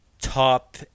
top